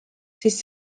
siis